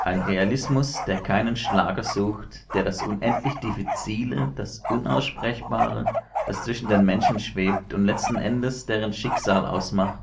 ein realismus der keinen schlager sucht der das unendlich diffizile das unaussprechbare das zwischen den menschen schwebt und letzten endes deren schicksal ausmacht